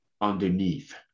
underneath